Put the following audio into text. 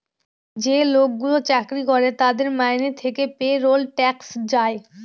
যে লোকগুলো চাকরি করে তাদের মাইনে থেকে পেরোল ট্যাক্স যায়